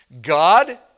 God